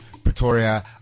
Pretoria